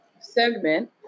segment